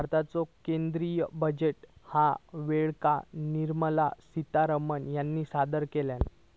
भारताचो केंद्रीय बजेट ह्या वेळेक निर्मला सीतारामण ह्यानी सादर केल्यानी